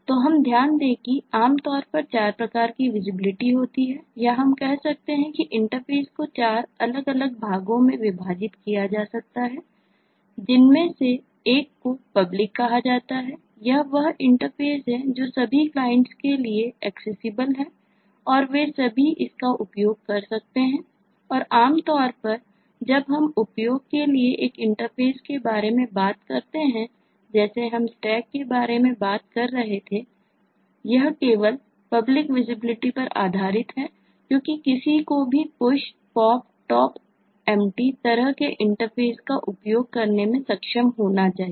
तो हम ध्यान दें कि आम तौर पर चार प्रकार की विजिबिलिटी पर आधारित है क्योंकि किसी को भी Push Pop Top Empty तरह के इंटरफ़ेस का उपयोग करने में सक्षम होना चाहिए